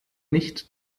nicht